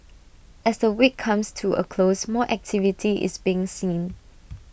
as the week comes to A close more activity is being seen